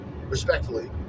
respectfully